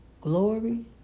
Glory